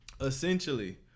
essentially